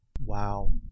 Wow